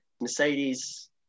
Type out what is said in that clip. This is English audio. Mercedes